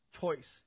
choice